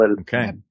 Okay